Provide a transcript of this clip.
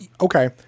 okay